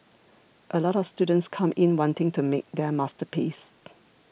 a lot of students come in wanting to make their masterpiece